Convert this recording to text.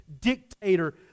dictator